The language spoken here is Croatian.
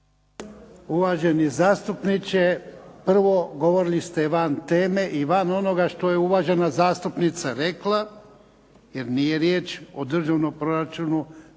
Uvaženi zastupniče, prvo govorili ste van teme i van onoga što je uvažena zastupnica rekla jer nije riječ o državnom proračunu,